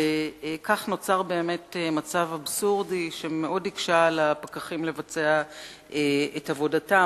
וכך נוצר מצב אבסורדי שמאוד הקשה על הפקחים לבצע את עבודתם,